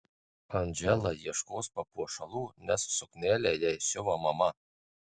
andžela ieškos papuošalų nes suknelę jai siuva mama